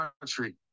country